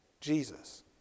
Jesus